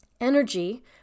energy